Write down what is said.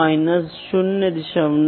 इसलिए यह direct measurement है